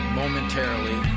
momentarily